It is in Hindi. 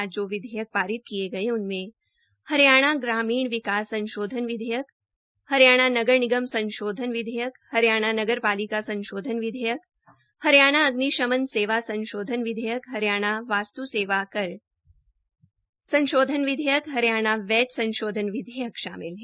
आज जो विधेयक पारित किये गये उनमें हरियाणा ग्रामीण विकास संशोधन विधेयक हरियाणा नगर निगम संशोधन विधेयक हरियाणा नगरपालिका संशोधन विधेयक हरियाणा अग्निशमन सेवा संशोधन विधेयक हरियाणा वास्टु सेवा कर संशोधन विधेयक हरियाणा वैट संशोधन विधेयक शामिल है